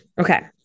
Okay